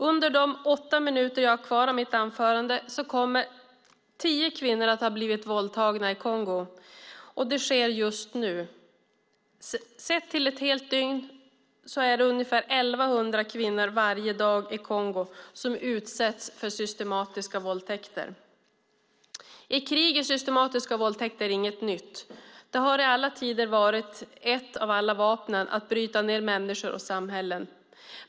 Under de åtta minuter jag har kvar av mitt anförande kommer tio kvinnor att bli våldtagna i Kongo. Det sker just nu. Under ett dygn är det ungefär 1 100 kvinnor som utsätts för systematiska våldtäkter i Kongo. I krig är sytematiska våldtäkter inget nytt. Det har i alla tider varit ett av alla vapen för att bryta ned människor och samhällen.